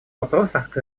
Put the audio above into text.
вопросах